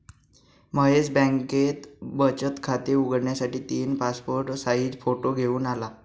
महेश बँकेत बचत खात उघडण्यासाठी तीन पासपोर्ट साइज फोटो घेऊन आला